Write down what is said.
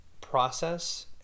process